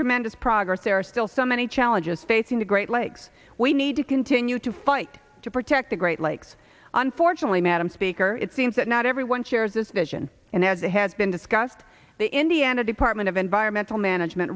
tremendous progress there are still so many challenges facing the great lakes we need to continue to fight to protect the great lakes unfortunately madam speaker it seems that not everyone shares this vision and as it has been discussed the indiana department of environmental management